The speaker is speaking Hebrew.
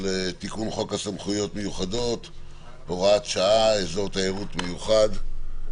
תיקון חוק הסמכויות המיוחדות (הוראת שעה))(אזור תיירות מיוחד.